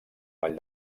vall